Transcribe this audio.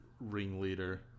ringleader